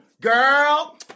Girl